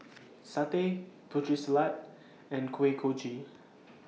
Satay Putri Salad and Kuih Kochi